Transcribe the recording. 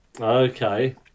Okay